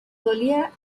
solía